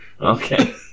okay